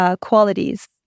qualities